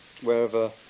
wherever